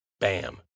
bam